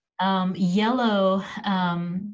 Yellow